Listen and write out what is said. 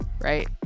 right